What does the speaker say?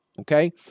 Okay